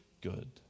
good